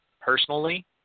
personally